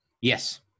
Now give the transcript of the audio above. Yes